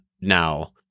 now